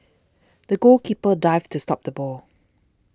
the goalkeeper dived to stop the ball